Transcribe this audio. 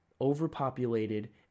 overpopulated